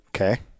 Okay